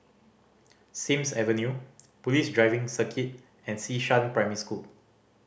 Sims Avenue Police Driving Circuit and Xishan Primary School